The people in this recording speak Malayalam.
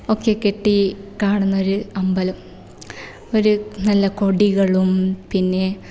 ഒക്കെ കെട്ടി കാണുന്ന ഒരു അമ്പലം ഒരു നല്ല കൊടികളും പിന്നെ